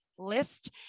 list